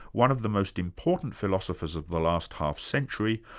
one of the most important philosophers of the last half century,